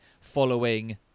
following